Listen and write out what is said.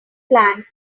plans